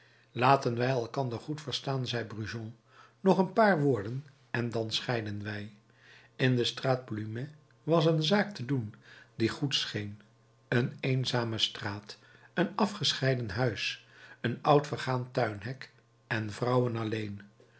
laten wij elkander goed verstaan zei brujon nog een paar woorden en dan scheiden wij in de straat plumet was een zaak te doen die goed scheen een eenzame straat een afgescheiden huis een oud vergaan tuinhek en vrouwen alleen